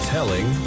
Telling